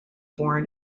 born